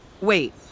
Wait